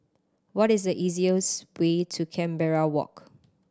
what is the easiest way to Canberra Walk